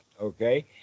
okay